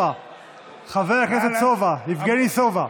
חבר הכנסת סובה, יבגני סובה,